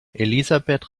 elisabeth